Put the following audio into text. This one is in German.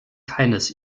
keines